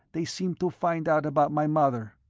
they seemed to find out about my mother.